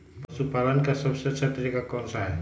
पशु पालन का सबसे अच्छा तरीका कौन सा हैँ?